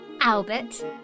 Albert